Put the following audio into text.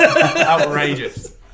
Outrageous